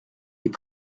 est